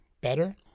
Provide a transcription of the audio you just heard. better